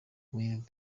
with